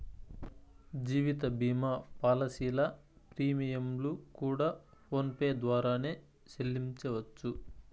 జీవిత భీమా పాలసీల ప్రీమియంలు కూడా ఫోన్ పే ద్వారానే సెల్లించవచ్చు